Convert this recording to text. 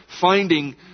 finding